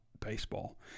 baseball